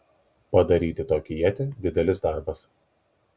padaryti tokią ietį didelis darbas